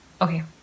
okay